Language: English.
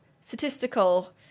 statistical